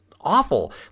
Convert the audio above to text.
awful